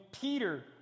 Peter